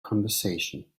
conversation